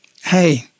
Hey